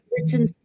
written